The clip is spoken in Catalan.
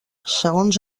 segons